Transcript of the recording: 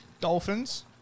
Dolphins